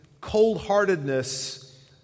cold-heartedness